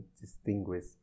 distinguished